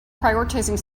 prioritizing